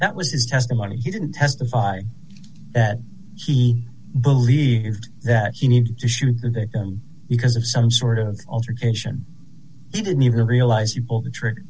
that was his testimony he didn't testify that he believed that he needed to shoot the victim because of some sort of altercation he didn't even realize you pull t